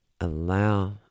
Allow